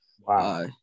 Wow